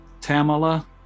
Tamala